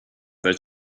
their